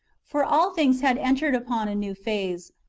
for all things had entered upon a new phase,